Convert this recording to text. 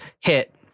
hit